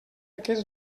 aquests